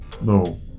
No